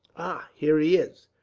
ah! here he is.